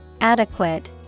Adequate